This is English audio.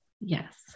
Yes